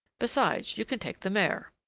besides, you can take the mare.